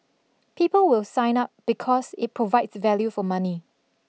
people will sign up because it provides value for money